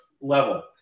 level